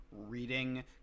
reading